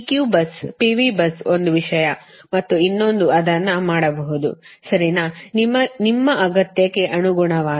PQ bus PV bus ಒಂದು ವಿಷಯ ಮತ್ತು ಇನ್ನೊಂದು ಅದನ್ನು ಮಾಡಬಹುದು ಸರಿನಾ ನಿಮ್ಮ ಅಗತ್ಯಕ್ಕೆ ಅನುಗುಣವಾಗಿ